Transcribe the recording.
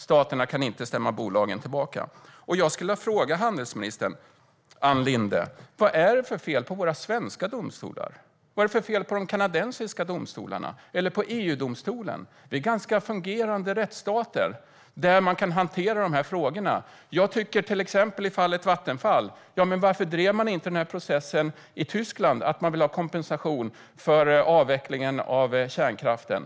Staterna kan inte stämma bolagen tillbaka. Jag skulle vilja fråga handelsminister Ann Linde: Vad är det för fel på våra svenska domstolar? Vad är det för fel på de kanadensiska domstolarna eller på EU-domstolen? Det är ganska väl fungerande rättsstater där man kan hantera dessa frågor. I fallet Vattenfall, till exempel, undrar jag varför man inte drev processen i Tyskland när det handlade om kompensation för avvecklingen av kärnkraften.